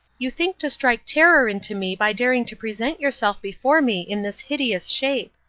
you think to strike terror into me by daring to present yourself before me in this hideous shape.